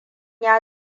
ya